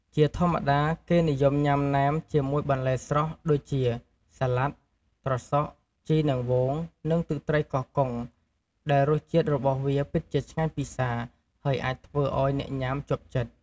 ជាធម្មតា គេនិយមញ៉ាំណែមជាមួយបន្លែស្រស់ដូចជា សាលាដ ត្រសក់ ជីនាងវង និងទឹកត្រីកោះកុង ដែលរសជាតិរបស់វាពិតជាឆ្ងាញ់ពិសា ហើយអាចធ្វើឱ្យអ្នកញ៉ាំជាប់ចិត្ត។